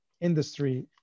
industry